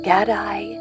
Gadai